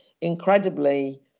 incredibly